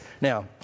Now